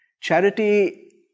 Charity